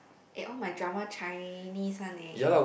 eh all my drama Chinese one eh